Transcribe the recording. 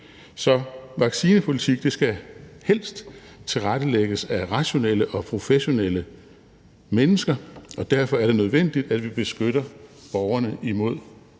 Så vaccinepolitik skal helst tilrettelægges af rationelle og professionelle mennesker, og derfor er det nødvendigt, at vi beskytter borgerne imod